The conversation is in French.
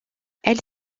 elle